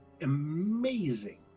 amazing